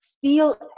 feel